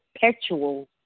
perpetual